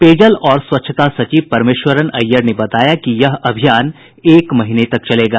पेयजल और स्वच्छता सचिव परमेश्वरन अय्यर ने बताया कि यह अभियान एक महीने तक चलेगा